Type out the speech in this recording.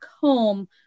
home